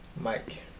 Mike